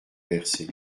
versée